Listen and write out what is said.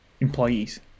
employees